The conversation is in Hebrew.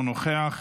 אינו נוכח.